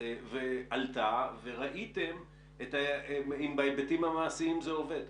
עלתה וראיתם אם בהיבטים המעשיים זה עובד?